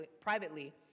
privately